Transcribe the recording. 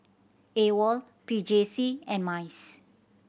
AWOL P J C and MICE